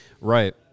Right